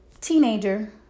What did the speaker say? teenager